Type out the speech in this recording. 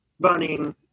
running